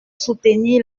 soutenir